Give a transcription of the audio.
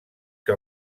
que